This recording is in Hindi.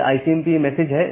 यह आईसीएमपी मैसेज है